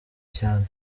cyane